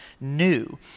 new